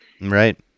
right